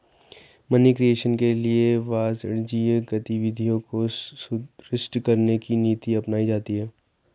money creation के लिए वाणिज्यिक गतिविधियों को सुदृढ़ करने की नीति अपनाई जाती है